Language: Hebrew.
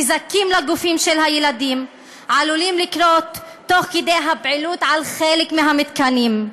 נזקים לגופם של הילדים עלולים לקרות תוך כדי הפעילות על חלק מהמתקנים.